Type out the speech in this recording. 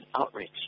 outreach